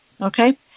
okay